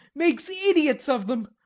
makes idiots of them,